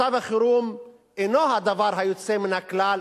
מצב החירום אינו הדבר היוצא מן הכלל,